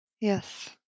Yes